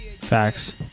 Facts